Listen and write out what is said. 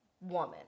woman